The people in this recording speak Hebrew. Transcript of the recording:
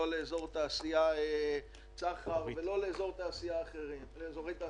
לא לאזור תעשייה צח"ר ולא לאזורי תעשייה אחרים.